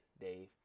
Dave